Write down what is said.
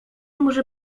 może